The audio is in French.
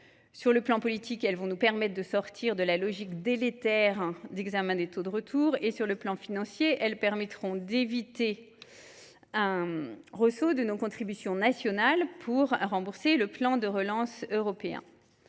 Sur le plan politique, elles nous permettront de sortir de la logique délétère d’examen des taux de retour et, sur le plan financier, elles nous mettraient à l’abri d’un ressaut de nos contributions nationales pour rembourser le plan de relance européen.